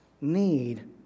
need